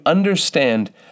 Understand